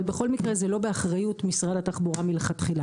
אבל בכל מקרה זה לא באחריות משרד התחבורה מלכתחילה,